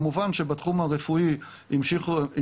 כמובן, שבתחום הרפואי המשיכו, ובצדק,